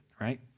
right